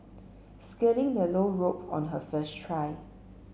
scaling the low rope on her first try